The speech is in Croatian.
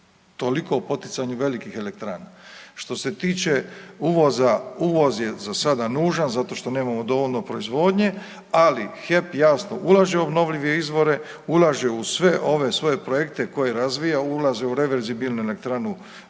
Toliko o poticanju velikih elektrana. Što se tiče uvoza, uvoz je za sada nužan zato što nemamo dovoljno proizvodnje, ali HEP jasno ulaže u obnovljive izvore, ulaže u sve ove svoje projekte koje razvija, ulaže u reverzibilnu elektranu